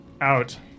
out